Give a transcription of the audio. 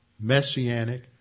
messianic